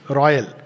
royal